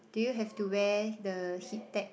do you have to wear the heat-tech